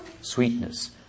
sweetness